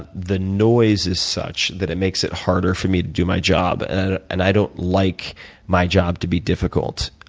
ah the noise is such that it makes it harder for me to do my job. and i don't like my job to be difficult.